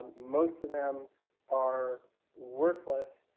most of them are worthless,